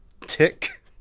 tick